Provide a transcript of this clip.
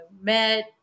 met